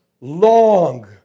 long